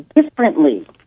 differently